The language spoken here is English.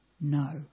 no